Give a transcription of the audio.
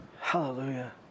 Hallelujah